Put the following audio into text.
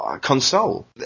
console